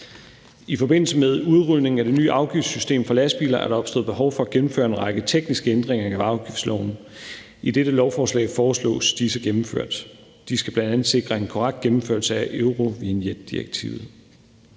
I forbindelse med udrulningen af det nye afgiftssystem for lastbiler er der opstået et behov for at gennemføre en række tekniske ændringer af afgiftsloven. I dette lovforslag foreslås disse gennemført. De skal bl.a. sikre en korrekt gennemførelse af eurovignetdirektivet.